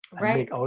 Right